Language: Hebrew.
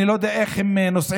אני לא יודע איך הם נוסעים,